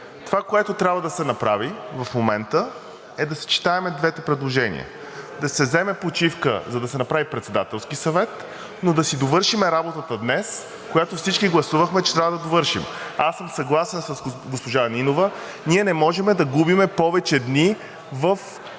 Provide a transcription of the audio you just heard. Това, което трябва да се направи в момента, е да съчетаем двете предложения – да се вземе почивка, за да се направи Председателски съвет, но да си довършим работата днес, която всички гласувахме, че трябва да довършим. Аз съм съгласен с госпожа Нинова – ние не можем да губим повече дни в